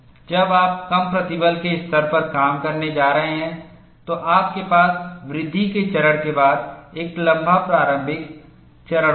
जब आप कम प्रतिबल के स्तर पर काम करने जा रहे हैं तो आपके पास वृद्धि के चरण के बाद एक लंबा प्रारंभिक चरण होगा